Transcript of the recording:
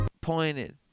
pointed